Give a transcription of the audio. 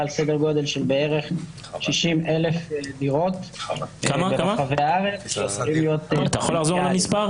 על סדר גודל של בערך 60,000 דירות ברחבי הארץ שיכולים להיות --- זה